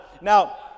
Now